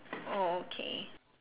oh okay